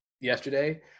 yesterday